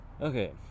okay